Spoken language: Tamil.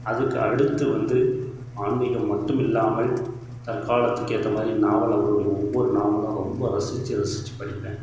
அதுக்கு அடுத்து வந்து ஆன்மிகம் மட்டும் இல்லாமல் தற்காலத்துக்கு ஏற்ற மாதிரி நாவல் அவரோடய ஒவ்வொரு நாவலும் ரொம்ப ரசித்து ரசித்து படிப்பேன்